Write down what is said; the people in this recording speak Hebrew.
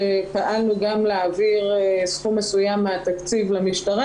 שפעלנו גם להעביר סכום מסוים מהתקציב למשטרה,